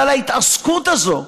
אבל ההתעסקות הזאת,